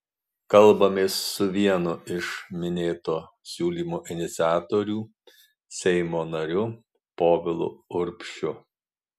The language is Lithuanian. kalbamės su vienu iš minėto siūlymo iniciatorių seimo nariu povilu urbšiu